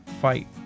fight